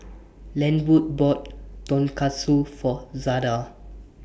Lenwood bought Tonkatsu For Zada